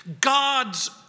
God's